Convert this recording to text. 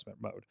mode